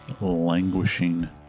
languishing